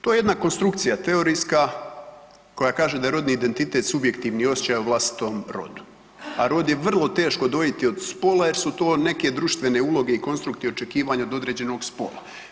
To je jedna konstrukcija teorijska koja kaže da je rodni identitet subjektivni osjećaj o vlastitom rodu, a rod je vrlo teško odvojiti od spola jer su to neke društvene uloge i konstrukti očekivanja od određenog spola.